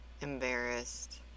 Embarrassed